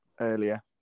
earlier